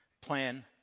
plan